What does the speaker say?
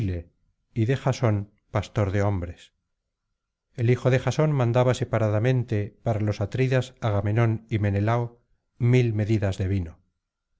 y de jasón pastor de hombres el hijo de jasón mandaba separadamente páralos atridas agamenón y menelao mil medidas de vino